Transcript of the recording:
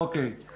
לצנן